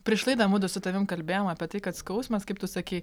prieš laidą mudu su tavim kalbėjom apie tai kad skausmas kaip tu sakei